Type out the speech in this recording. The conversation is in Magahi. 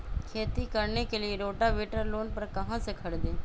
खेती करने के लिए रोटावेटर लोन पर कहाँ से खरीदे?